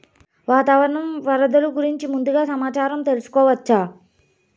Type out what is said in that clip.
వాతావరణం వరదలు గురించి ముందుగా సమాచారం తెలుసుకోవచ్చా?